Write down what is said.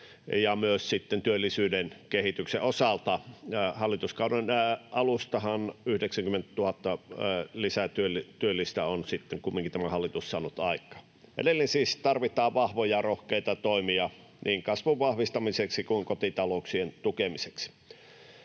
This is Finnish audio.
ja myös sitten työllisyyden kehityksen osalta. Hallituskauden alustahan 90 000 lisätyöllistä on sitten kumminkin tämä hallitus saanut aikaan. Edelleen siis tarvitaan vahvoja, rohkeita toimia niin kasvun vahvistamiseksi kuin kotita-louksien tukemiseksi.